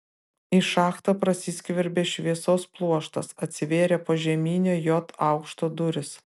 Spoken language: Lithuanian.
į šachtą prasiskverbė šviesos pluoštas atsivėrė požeminio j aukšto durys